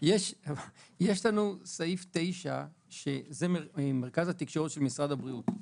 יש לנו תקנה 9, שזה מרכז התקשורת של משרד הבריאות.